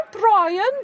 Brian